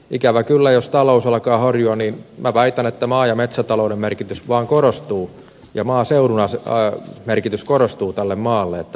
ikävä kyllä jos talous alkaa horjua minä väitän että maa ja metsätalouden merkitys vaan korostuu ja maaseudun merkitys tälle maalle korostuu